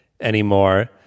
anymore